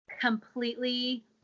completely